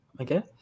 okay